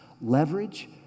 Leverage